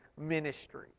ministry